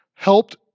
helped